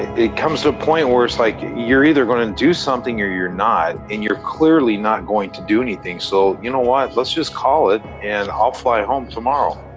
it comes to a point where it's like you're either going to do something or you're not and you're clearly not going to do anything so you know why let's just call it and i'll fly home tomorrow.